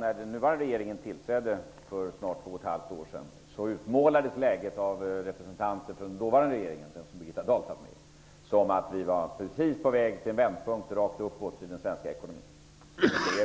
När den nuvarande regeringen tillträdde för snart två och ett halvt år sedan utmålades läget av representanter för den dåvarande regeringen, där Birgitta Dahl satt med, som att vi var precis på väg till en vändpunkt och att det pekade rakt uppåt i den svenska ekonomin. Så